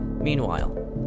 Meanwhile